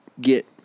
get